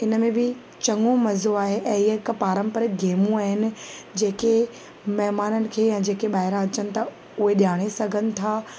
इन में बि चङो मज़ो आहे ऐं हीअ हिकु पारंपरिक गेमूं आहिनि जेके महिमाननि खे या जेके ॿाहिरां अचनि था उहे ॼाणे सघनि था